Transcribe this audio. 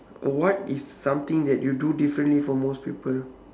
what is something that you do differently from most people